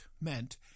meant